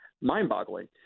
mind-boggling